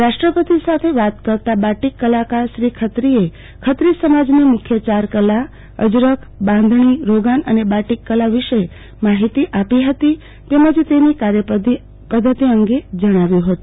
રાષ્ટ્રપતિ સાથે વાત કરતાં બાટિક કલાકાર શ્રી ખત્રોએ સામજની મુખ્ય ચાર કલા અજરખ બાંધણી રોગાન અને બાટિક કલા વિશે માહિતી આપી હતી તેમજ તેની કાર્યપધ્ધતિ અંગે જણાવ્યું હતું